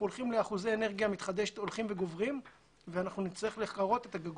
הולכים לאחוזי אנרגיה מתחדשת הולכים וגוברים ונצטרך לקרות אותם.